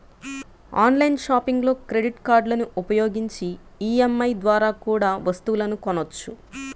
online షాపింగ్లో credit కార్డులని ఉపయోగించి ఈ.ఎం.ఐ ద్వారా కూడా వస్తువులను కొనొచ్చు